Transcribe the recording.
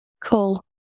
Cool